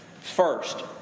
First